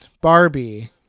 Barbie